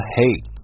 hate